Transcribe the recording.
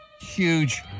Huge